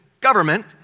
government